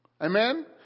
Amen